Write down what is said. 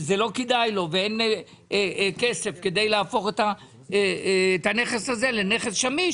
זה לא כדאי לו ואין לו כסף כדי להפוך את הנכס הזה לנכס שמיש